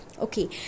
Okay